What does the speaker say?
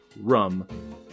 Rum